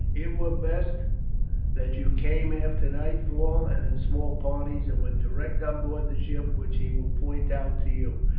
it were best that you came after nightfall, and in small parties, and went direct on board the ship which he will point out to you.